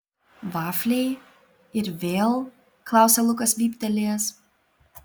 vafliai ir vėl klausia lukas vyptelėjęs